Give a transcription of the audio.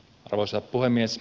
arvoisa puhemies